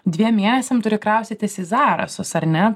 dviem mėnesiam turi kraustytis į zarasus ar ne